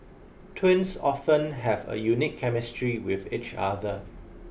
twins often have a unique chemistry with each other